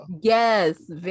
yes